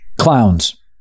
Clowns